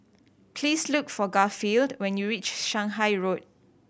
please look for Garfield when you reach Shanghai Road